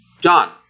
John